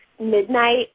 midnight